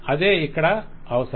అదే ఇక్కడ కూడా అవసరం